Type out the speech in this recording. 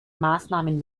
maßnahmen